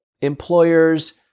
employers